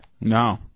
No